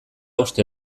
uste